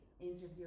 interview